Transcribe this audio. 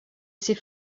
sait